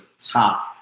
top